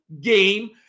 game